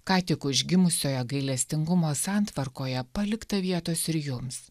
ką tik užgimusiojo gailestingumo santvarkoje palikta vietos ir jums